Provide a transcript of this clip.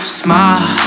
smile